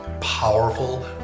powerful